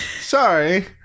sorry